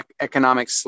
economic